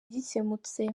gikemutse